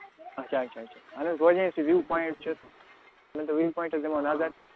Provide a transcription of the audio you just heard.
اَچھا اَچھا اَچھا اَہَن حظ وۅنۍ اَسہِ سُہ ویو پواینٛٹ چھُ تہٕ ویو پواینٛٹَس دِمَو نظر